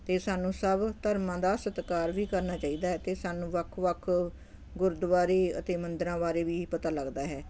ਅਤੇ ਸਾਨੂੰ ਸਭ ਧਰਮਾਂ ਦਾ ਸਤਿਕਾਰ ਵੀ ਕਰਨਾ ਚਾਹੀਦਾ ਹੈ ਅਤੇ ਸਾਨੂੰ ਵੱਖ ਵੱਖ ਗੁਰਦੁਆਰੇ ਅਤੇ ਮੰਦਰਾਂ ਬਾਰੇ ਵੀ ਪਤਾ ਲੱਗਦਾ ਹੈ